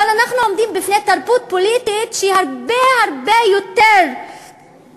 אבל אנחנו עומדים בפני תרבות פוליטית שהיא הרבה הרבה יותר צרה,